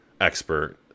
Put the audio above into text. expert